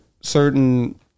certain